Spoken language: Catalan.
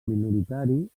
minoritari